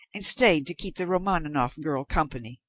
and stayed to keep the romaninov girl company.